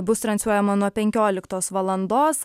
bus transliuojama nuo penkioliktos valandos